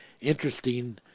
interesting